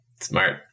smart